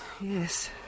Yes